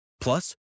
Plus